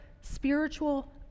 spiritual